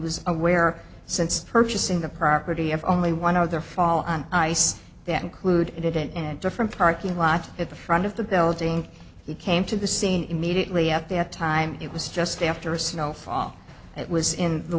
was aware since purchasing the property of only one of their fall on ice that included it in a different parking lot at the front of the building he came to the scene immediately at that time it was just after a snow fall that was in the